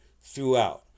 throughout